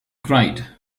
cried